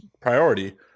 priority